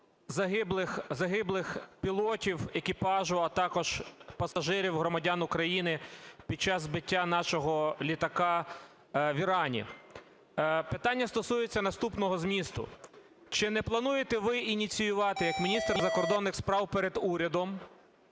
загиблих пілотів, екіпажу, а також пасажирів громадян України під час збиття нашого літака в Ірані. Питання стосується наступного змісту. Чи не плануєте ви ініціювати як міністр закордонних справ перед урядом